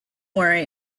worry